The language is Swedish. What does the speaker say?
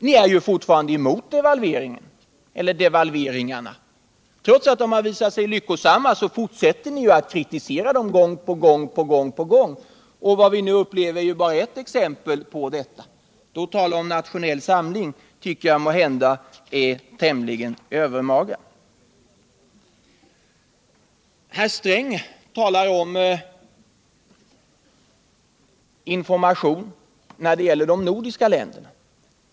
Ni är ju fortfarande emot devalveringarna. Trots att de har visat sig lyckosamma kritiserar ni dem gång på gång. Vad vi nu upplever är bara ett ytterligare exempel på detta. Att då tala om nationell samling är tämligen övermaga. Herr Sträng talar om information till de nordiska länderna.